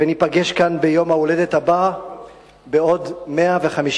וניפגש כאן ביום ההולדת הבא,